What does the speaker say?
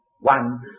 one